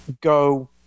go